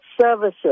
services